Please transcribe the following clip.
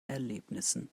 erlebnissen